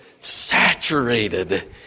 saturated